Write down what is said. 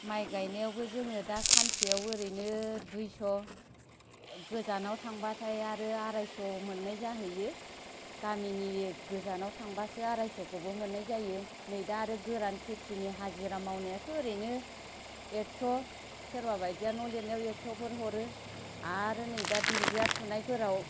माइ गाइनायावबो जोङो दा सानसेयाव ओरैनो दुइस' गोजानाव थांबाथाइ आरो आराइस' मोन्नाय जाहैयो गामिनि गोजानाव थांबासो आराइस'खौबो मोन्नाय जायो नै दा आरो गोरान खेथिनि हाजिरा मावनायाथ' ओरैनो एक्स' सोरबा बादिया न' लिरनायाव एक्स'फोर हरो आरो नै दा दुन्दिया फुनायफोराव